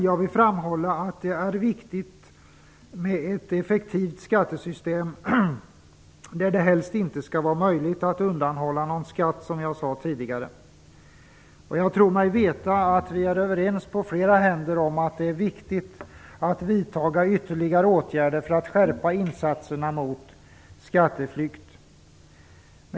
Jag vill framhålla att det är viktigt med ett effektivt skattesystem, där det helst inte skall vara möjligt att undanhålla någon skatt. Detta sade jag även tidigare. Jag tror mig veta att vi är överens på flera händer om att det är viktigt att vidtaga ytterligare åtgärder för att skärpa insatserna mot skatteflykt.